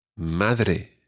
Madre